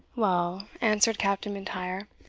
well, answered captain m'intyre,